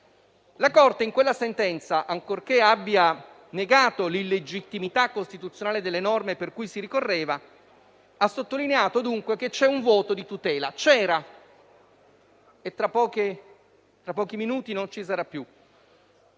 La Corte, in quella sentenza, ancorché abbia negato l'illegittimità costituzionale delle norme per cui si ricorreva, ha sottolineato dunque che c'è un vuoto di tutela - c'era e tra pochi minuti non ci sarà più